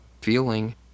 Feeling